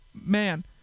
man